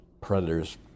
predators